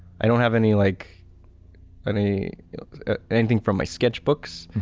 i don't have any like any anything from my sketchbooks,